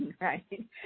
right